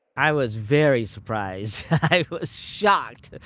i was very surprised. i was shocked,